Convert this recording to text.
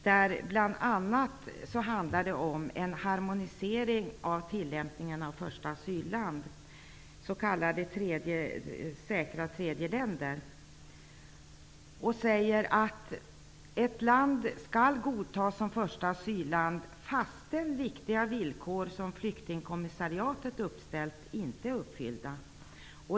Den handlar bl.a. om en harmonisering av tillämpningen av första asylland, s.k. säkra tredje länder. Den säger att ett land skall godtas som första asylland även om viktiga villkor som flyktingkommissariatet uppställt inte är uppfyllda.